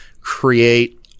create